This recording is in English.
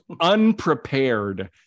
unprepared